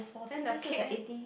then the cake eh